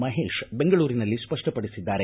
ಮಹೇತ್ ಬೆಂಗಳೂರಿನಲ್ಲಿ ಸ್ಪಷ್ಟಪಡಿಸಿದ್ದಾರೆ